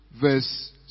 verse